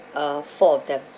uh four of them